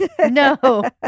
No